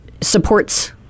supports